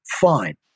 Fine